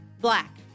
Black